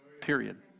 Period